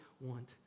want